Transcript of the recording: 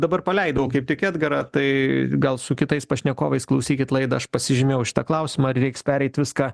dabar paleidau kaip tik edgarą tai gal su kitais pašnekovais klausykit laidą aš pasižymėjau šitą klausimą ar reiks pereit viską